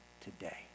today